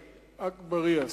אגבאריה: